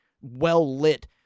well-lit